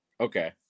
Okay